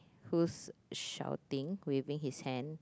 who's shouting waving his hand